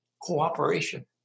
cooperation